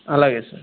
అలాగే సార్